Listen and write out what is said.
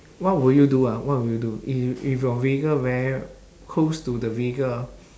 what would you do ah what will you do if if your vehicle very close to the vehicle ah